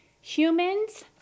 Humans